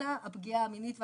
אלא הפגיעה המינית והשלכותיה.